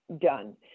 done